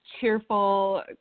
cheerful